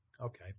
Okay